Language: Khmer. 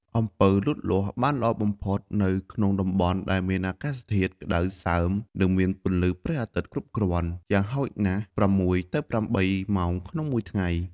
អំពៅលូតលាស់បានល្អបំផុតនៅក្នុងតំបន់ដែលមាន អាកាសធាតុក្តៅសើម និងមាន ពន្លឺព្រះអាទិត្យគ្រប់គ្រាន់ យ៉ាងហោចណាស់ ៦ ទៅ ៨ ម៉ោងក្នុងមួយថ្ងៃ។